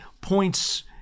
points